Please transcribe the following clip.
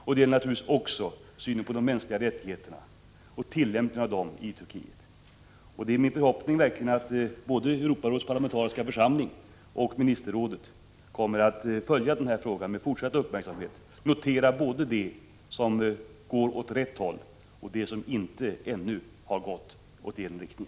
Detta gäller naturligtvis även synen på de mänskliga rättigheterna och tillämpningen av dem i Turkiet. Det är verkligen min förhoppning att både Europarådets parlamentariska församling och ministerrådet kommer att följa denna fråga med fortsatt uppmärksamhet och att de noterar både det som går åt rätt håll och det som ännu inte har gått i denna riktning.